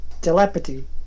telepathy